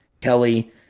Kelly